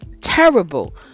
terrible